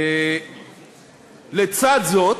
לצד זאת,